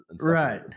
right